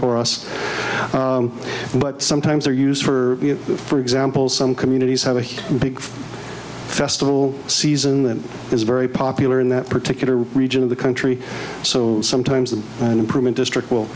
for us but sometimes they're used for that for example some communities have a huge big festival season that is very popular in that particular region of the country so sometimes that improvement district will